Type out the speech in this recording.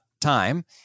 time